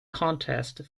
contest